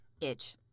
itch